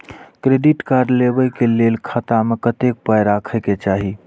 Credit card लेबै के लेल खाता मे कतेक पाय राखै के चाही?